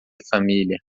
família